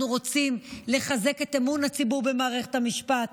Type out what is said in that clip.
אנחנו רוצים לחזק את אמון הציבור במערכת המשפט,